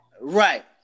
right